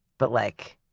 but like,